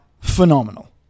phenomenal